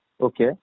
Okay